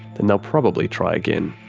then they'll probably try again.